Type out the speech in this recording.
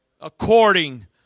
according